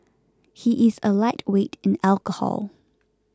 he is a lightweight in alcohol